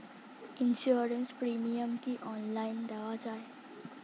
Insurance premium কি online দেওয়া যায়?